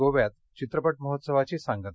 गोव्यात चित्रपट महोत्सवाची सांगता